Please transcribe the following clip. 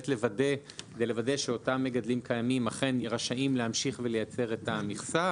לוודא שאותם מגדלים קיימים אכן רשאים להמשיך ולייצר את המכסה.